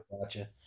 Gotcha